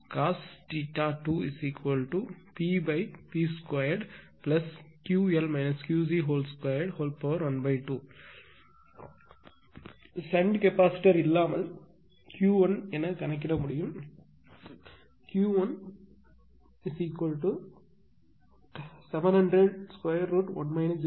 cos 2PP2Ql QC212 shunt capacitor இல்லாமல் Ql என கணக்கிட முடியும் Ql 700√ 1 0